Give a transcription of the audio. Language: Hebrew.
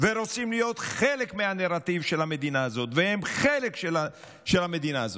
ורוצים להיות חלק מהנרטיב של המדינה הזאת והם חלק של המדינה הזאת,